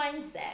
mindset